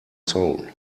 soul